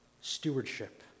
stewardship